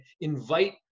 invite